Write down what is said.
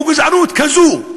או גזענות כזאת,